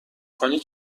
کنی